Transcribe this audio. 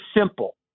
simple